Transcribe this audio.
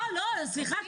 לא לא, סליחה.